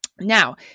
now